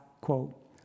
quote